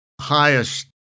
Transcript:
highest